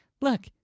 Look